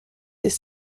des